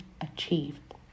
achieved